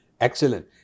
Excellent